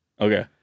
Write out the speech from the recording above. Okay